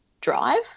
drive